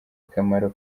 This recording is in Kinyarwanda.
akamaro